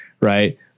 right